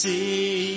see